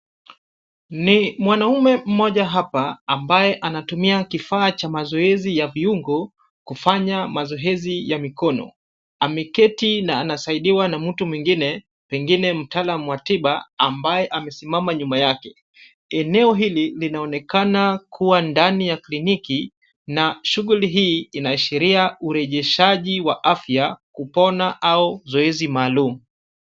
Ni mwanaume mmoja hapa, ambaye anatumia kifaa cha mazoezi ya viungo, kufanya mazoezi ya mikono. Ameketi na anasaidiwa na mtu mwingine, pengine mtaalam wa tiba ambaye amesimama nyuma yake. Eneo hili linaonekana kuwa ndani ya kliniki, na shughuli hii inaashiria urejeshaji wa afya, kupona au zoezi maalum.